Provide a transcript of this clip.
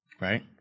Right